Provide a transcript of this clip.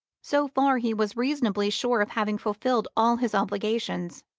so far he was reasonably sure of having fulfilled all his obligations.